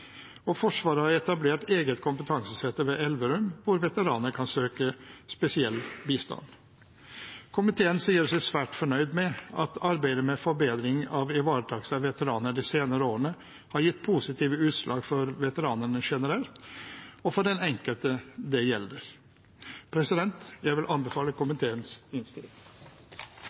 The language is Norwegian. Forsvaret har etablert et eget kompetansesenter ved Elverum, hvor veteraner kan søke spesiell bistand. Komiteen sier seg svært fornøyd med at arbeidet med forbedring av ivaretakelsen av veteranene de senere årene har gitt positive utslag for veteranene generelt og for den enkelte det gjelder. Jeg vil anbefale komiteens innstilling.